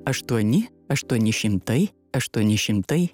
aštuoni aštuoni šimtai aštuoni šimtai